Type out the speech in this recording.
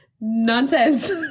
Nonsense